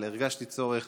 אבל הרגשתי צורך